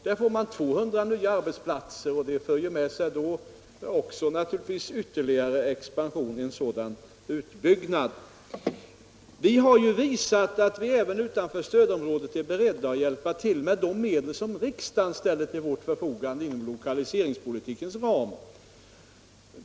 Där blir det 200 nya arbetsplatser, och den utbyggnaden för naturligtvis med sig vtterligare expansion. Vi har ju visat att vi är beredda att hjälpa till även utanför stödområdet med de medel som riksdagen ställt till vårt förfogande inom lokaliseringspolitikens ram.